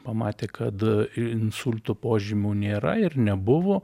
pamatė kad insulto požymių nėra ir nebuvo